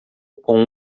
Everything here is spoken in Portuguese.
com